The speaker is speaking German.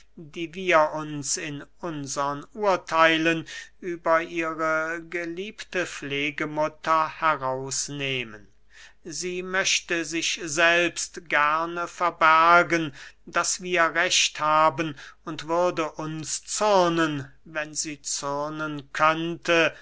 die wir uns in unsern urtheilen über ihre geliebte pflegemutter heraus nehmen sie möchte sich selbst gerne verbergen daß wir recht haben und würde uns zürnen wenn sie zürnen könnte